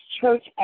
church